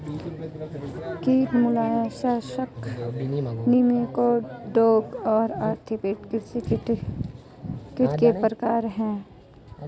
कीट molluscs nematode और arthropoda कृषि कीट के प्रकार हैं